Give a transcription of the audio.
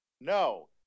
No